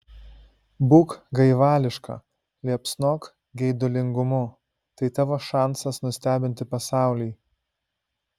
būk gaivališka liepsnok geidulingumu tai tavo šansas nustebinti pasaulį